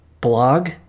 blog